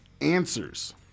answers